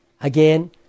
Again